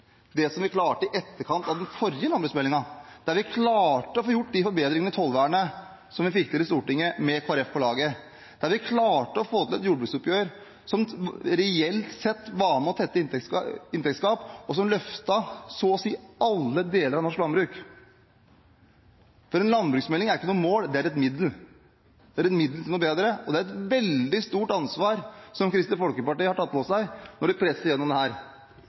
det som vi klarte i etterkant av den forrige landbruksmeldingen – der vi klarte å få gjort de forbedringene i tollvernet som vi fikk til i Stortinget med Kristelig Folkeparti på laget, der vi klarte å få til et jordbruksoppgjør som reelt sett var med og tettet inntektsgap, og som løftet så å si alle deler av norsk landbruk. For en landbruksmelding er ikke noe mål, det er et middel, et middel til noe bedre, og det er et veldig stort ansvar Kristelig Folkeparti har tatt på seg når de presser igjennom dette. Det